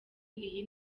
iyi